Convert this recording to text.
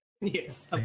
Yes